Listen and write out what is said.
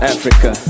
Africa